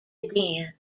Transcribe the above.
again